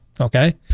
Okay